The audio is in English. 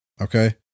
Okay